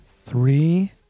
three